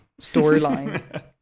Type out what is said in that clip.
storyline